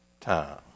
time